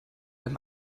wenn